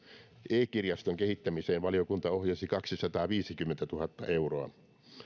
e kirjaston kehittämiseen valiokunta ohjasi kaksisataaviisikymmentätuhatta euroa